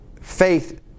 Faith